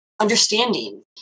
understanding